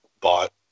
bought